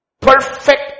Perfect